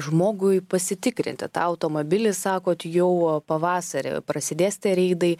žmogui pasitikrinti tą automobilį sakot jau pavasarį prasidės reidai